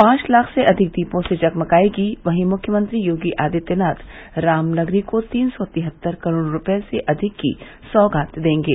पांच लाख से अधिक दीपों से जगमगायेगी वहीं मुख्यमंत्री योगी आदित्यनाथ रामनगरी को तीन सौ तिहत्तर करोड़ रूपये से अधिक की सौगात देंगे